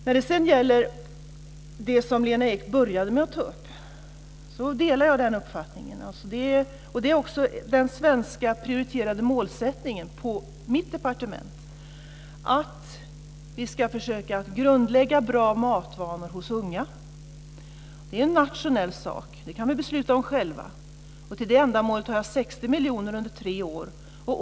När det sedan gäller det som Lena Ek började med att ta upp delar jag uppfattningen. Det är också den svenska prioriterade målsättningen på mitt departement. Vi ska försöka att grundlägga bra matvanor hos unga. Det är en nationell sak. Det kan vi besluta om själva. Till det ändamålet har jag 60 miljoner under tre år.